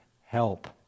Help